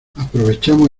aprovechamos